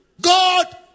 God